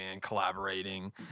collaborating